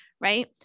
right